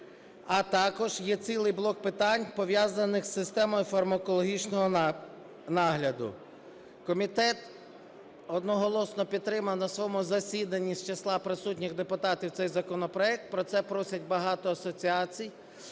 А також є цілий блок питань, пов'язаних з системою фармакологічного нагляду. Комітет одноголосно підтримав на своєму засіданні з числа присутніх депутатів цей законопроект. Про це просить багато асоціацій.